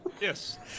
Yes